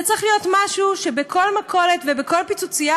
זה צריך להיות כך שבכל מכולת ובכל פיצוצייה